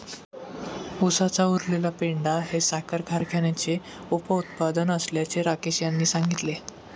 उसाचा उरलेला पेंढा हे साखर कारखान्याचे उपउत्पादन असल्याचे राकेश यांनी सांगितले